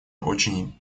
очень